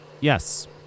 Yes